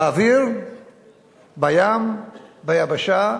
באוויר, בים, ביבשה.